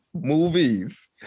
Movies